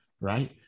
right